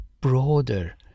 broader